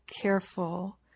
careful